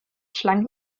schlangen